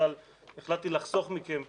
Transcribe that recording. אבל החלטתי לחסוך מכם קלישאות,